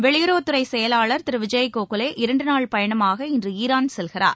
வெளியுறவுத்துறைசெயலாளர் திருவிஜய் கோகலே இரண்டுநாள் பயணமாக இன்றுஈரான் செல்கிறார்